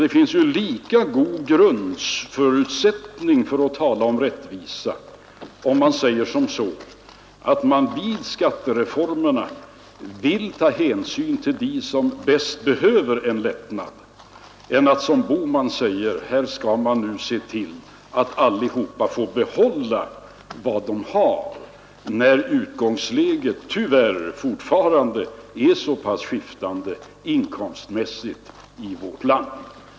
Det finns bättre grundförutsättningar för att tala om rättvisa, om man säger att man vid skattereformerna vill ta hänsyn till dem som bäst behöver en lättnad än om man som herr Bohman säger att vi skall se till så att alla får behålla vad de har, när utgångsläget tyvärr fortfarande är så skiftande som det är inkomstmässigt här i landet.